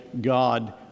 God